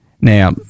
Now